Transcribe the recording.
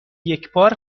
یکبار